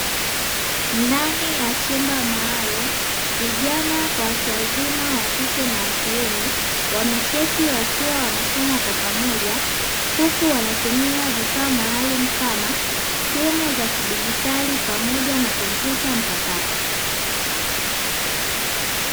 Ndani ya chumba maalumu vijana kwa watu wazima wakike na wakiume wameketi wakiwa wanasoma kwa pamoja, huku wanatumia vifaa maalumu kama; simu za kidigitali pamoja na Komputa mpakato.